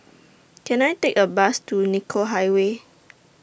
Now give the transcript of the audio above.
Can I Take A Bus to Nicoll Highway